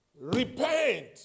Repent